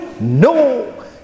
No